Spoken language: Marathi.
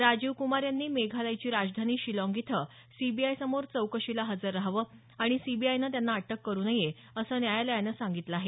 राजीव कुमार यांनी मेघालयाची राजधानी शिलाँग इथं सीबीआयसमोर चौकशीला हजर राहावं आणि सीबीआयने त्यांना अटक करु नये असं न्यायालयानं सांगितलं आहे